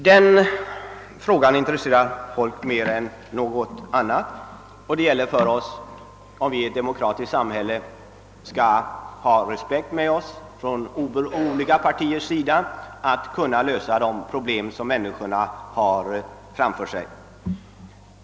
Den frågan intresserar folk mer än något annat, och det gäller för oss, om vi i ett demokratiskt samhälle skall ha respekt med oss, att från olika partiers sida kunna lösa de problem som människorna har framför sig.